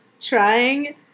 trying